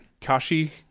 Kashi